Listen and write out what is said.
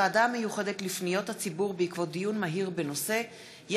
הוועדה המיוחדת לפניות הציבור בעקבות דיון מהיר בהצעתו של חבר